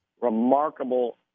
remarkable